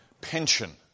pension